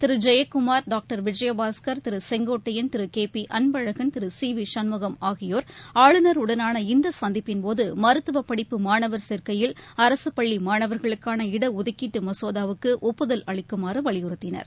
திரு Jayakumar doctor Vijayabaskar Thiru Sengottaiyan Thiru K P Anbazhagan Thiru C V Shanmugam ஆகியோர் ஆளுநருடனான இந்த சந்திப்பின்போது மருத்துவ படிப்பு மாணவர் சேர்க்கையில் அரசு பள்ளி மாணவர்களுக்கான இடஒதுக்கீட்டு மசோதா வுக்கு ஒப்புதல் அளிக்குமாறு வலியுறுத்தினர்